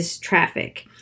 traffic